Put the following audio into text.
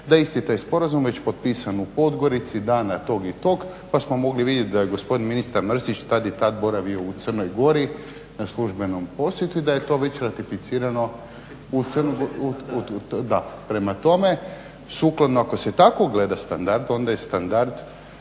taj isti Sporazum već potpisan u Podgorici dana tog i tog, pa smo mogli vidjeti da je gospodin ministar Mrsić boravio tad i tad u Crnoj Gori na službenom posjetu i da je to već ratificirano. Da, prema tome sukladno ako se tako gleda standard onda je standard